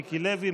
מיקי לוי,